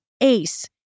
ace